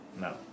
no